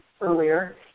earlier